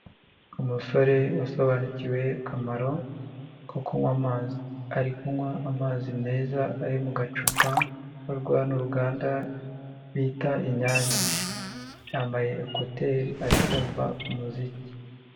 Umusore wasobanukiwe akamaro ko kunywa amazi ari kunywa amazi meza ari mu gacupa gakorwa n'uruganda bita inyange, yambaye ekuteri ari kumva umuziki.